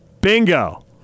bingo